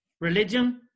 Religion